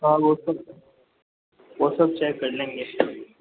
हाँ वो तो वो सब चेक कर लेंगे